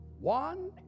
one